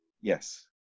Yes